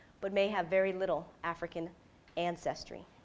but may have very little african ancestry.